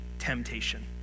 temptation